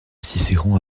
cicéron